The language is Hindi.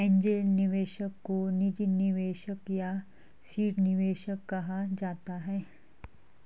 एंजेल निवेशक को निजी निवेशक या सीड निवेशक कहा जाता है